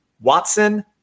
Watson